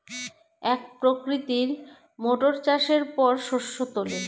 এক প্রকৃতির মোটর চাষের পর শস্য তোলে